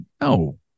no